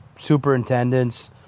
Superintendents